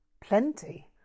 Plenty